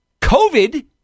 COVID